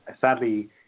sadly